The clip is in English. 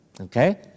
okay